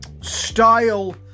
style